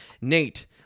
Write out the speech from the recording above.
Nate